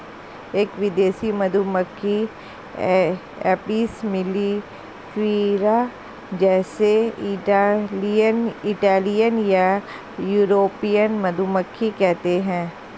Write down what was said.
एक विदेशी मधुमक्खी एपिस मेलिफेरा जिसे इटालियन या यूरोपियन मधुमक्खी कहते है